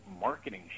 marketing